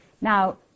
Now